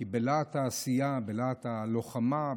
כי בלהט העשייה, בלהט הלוחמה,